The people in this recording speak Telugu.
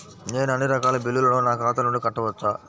నేను అన్నీ రకాల బిల్లులను నా ఖాతా నుండి కట్టవచ్చా?